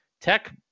tech